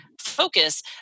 focus